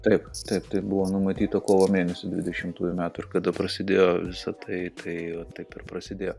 taip taip tai buvo numatyta kovo mėnesį dvidešimtųjų metų ir kada prasidėjo visa tai tai taip ir prasidėjo